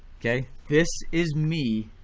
kay? this is me